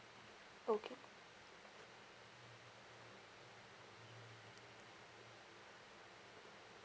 okay